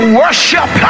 worship